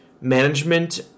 management